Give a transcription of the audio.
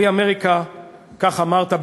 כך אמרת,